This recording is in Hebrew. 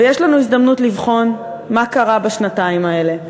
ויש לנו הזדמנות לבחון מה קרה בשנתיים האלה.